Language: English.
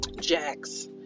jacks